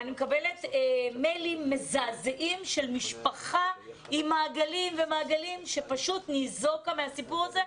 מקבלת מיילים מזעזעים של משפחה עם מעגלים שפשוט ניזוקה מהסיפור הזה.